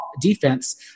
defense